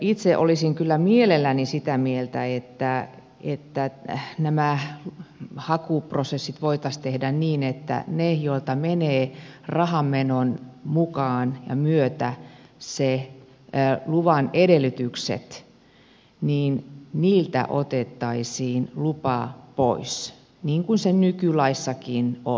itse olisin kyllä mielelläni sitä mieltä että nämä hakuprosessit voitaisiin tehdä niin että niiltä joilta menevät rahanmenon mukaan ja myötä ne luvan edellytykset otettaisiin lupa pois niin kuin se nykylaissakin on